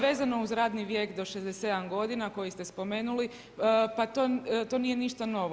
Vezano uz radni vijek do 67 godina, koji ste spomenuli, pa to nije ništa novo.